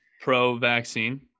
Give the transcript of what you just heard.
pro-vaccine